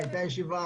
הייתה ישיבה,